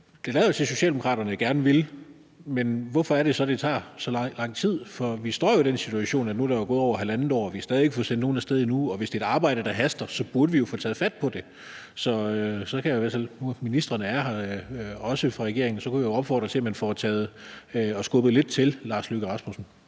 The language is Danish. Det lader jo til, at Socialdemokraterne gerne vil, men hvorfor er det så, at det tager så lang, lang tid? For vi står jo i den situation, at der nu er gået over halvandet år, og vi har stadig væk ikke fået sendt nogen af sted, og hvis det er et arbejde, der haster, burde vi jo få taget fat på det. Så jeg kan i hvert fald – nu ministrene er her – opfordre til, at man får skubbet lidt til udenrigsministeren.